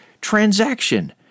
transaction